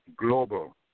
Global